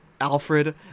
alfred